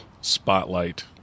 spotlight